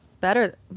better